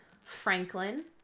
Franklin